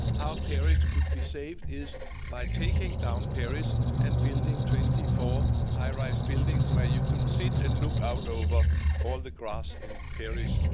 how paris could be saved is by taking down paris and building twenty four high-rise buildings where you can sit and look out over all the grass in paris.